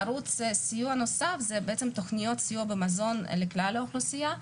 ערוץ סיוע נוסף זה תכניות סיוע במזון לכלל האוכלוסייה,